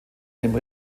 dem